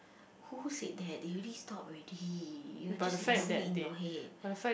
who said that they already stopped already you are just you are having in your head